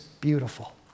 beautiful